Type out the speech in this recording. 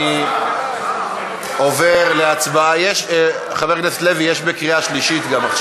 אני עוברים להצבעה בקריאה שלישית.